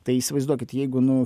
tai įsivaizduokit jeigu nu